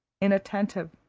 inattentive,